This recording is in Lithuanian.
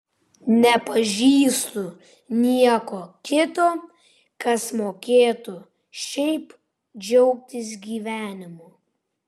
nepažįstu nieko kito kas mokėtų šiaip džiaugtis gyvenimu